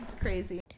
Crazy